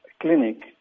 clinic